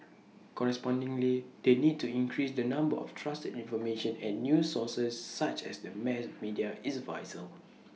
correspondingly the need to increase the number of trusted information and news sources such as the mass media is vital